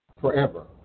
forever